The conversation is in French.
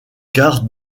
gare